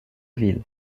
ville